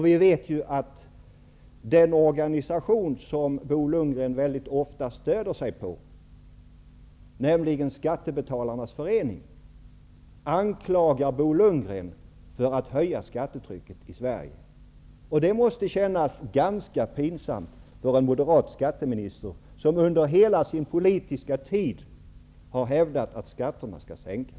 Vi vet också att den organisation Bo Lundgren ofta stöder sig på, nämligen Skattebetalarnas förening, anklagar Bo Lundgren för att höja skattetrycket i Sverige. Det måste kännas ganska pinsamt för en moderat skatteminister som under hela sin politiska tid har hävdat att skatterna skall sänkas.